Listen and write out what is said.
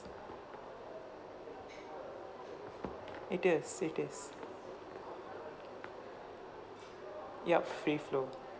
it is it is yup free flow